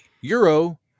Euro